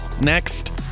Next